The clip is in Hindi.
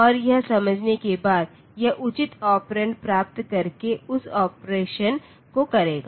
और यह समझने के बाद यह उचित ऑपरेंड प्राप्त करके उस ऑपरेशन को करेगा